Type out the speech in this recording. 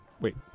Wait